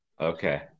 Okay